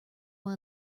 one